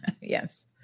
yes